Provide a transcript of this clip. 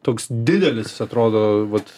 toks didelis atrodo vat